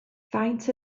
faint